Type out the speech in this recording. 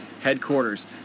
headquarters